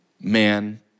man